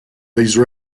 these